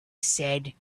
said